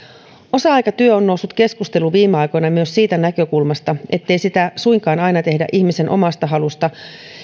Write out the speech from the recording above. osa aikatyö on noussut keskusteluun viime aikoina myös siitä näkökulmasta ettei sitä suinkaan aina tehdä ihmisen omasta halusta